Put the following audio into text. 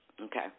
Okay